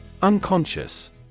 unconscious